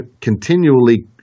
continually